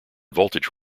voltage